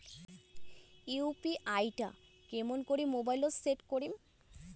UPI টা কেমন করি মোবাইলত সেট করিম?